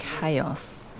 chaos